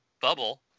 bubble